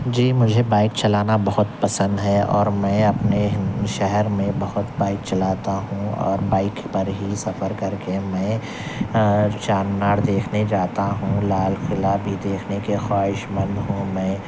جی مجھے بائیک چلانا بہت پسند ہے اور میں اپنے شہر میں بہت بائیک چلاتا ہوں اور بائیک پر ہی سفر کر کے میں چار مینار دیکھنے جاتا ہوں لال قلعہ بھی دیکھنے کے خواہش مند ہوں میں